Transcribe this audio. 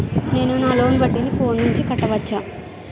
నేను నా లోన్ వడ్డీని ఫోన్ నుంచి కట్టవచ్చా?